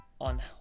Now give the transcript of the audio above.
on